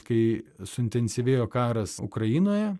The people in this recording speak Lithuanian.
kai suintensyvėjo karas ukrainoje